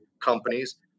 companies